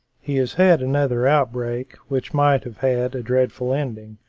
he has had another outbreak, which might have had a dreadful ending,